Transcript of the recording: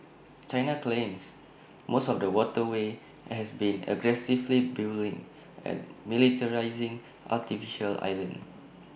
China claims most of the waterway and has been aggressively building and militarising artificial islands